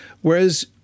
Whereas